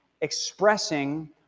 expressing